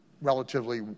relatively